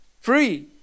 Free